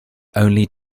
only